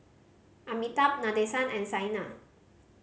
Amitabh Nadesan and Saina